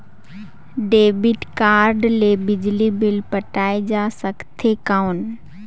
Debit card ले बिजली bill पटाय जा सकथे कौन?